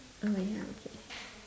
oh my ya okay